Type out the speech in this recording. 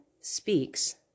speaks